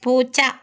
പൂച്ച